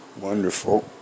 Wonderful